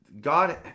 God